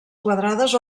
quadrades